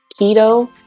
keto